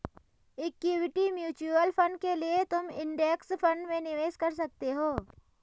equity mutual fund के लिए तुम इंडेक्स फंड में निवेश कर सकते हो